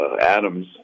Adams